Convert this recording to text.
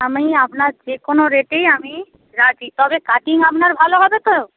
আমি আপনার যে কোনো রেটেই আমি রাজি তবে কাটিং আপনার ভালো হবে তো